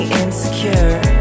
insecure